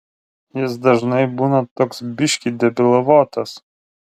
jis dažnai būna toks biškį debilavotas